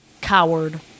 coward